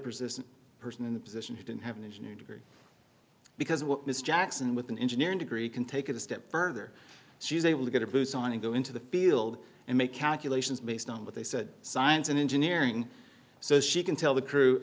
persistent person in the position who didn't have an engineering degree because what mr jackson with an engineering degree can take it a step further she's able to go to busan and go into the field and make calculations based on what they said science and engineering so she can tell the crew